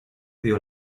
dio